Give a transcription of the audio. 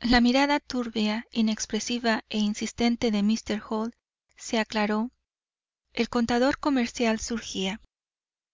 la mirada turbia inexpresiva e insistente de míster hall se aclaró el contador comercial surgía